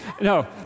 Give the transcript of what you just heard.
No